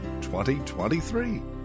2023